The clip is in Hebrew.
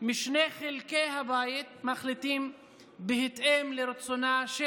משני חלקי הבית מחליט בהתאם לרצונה של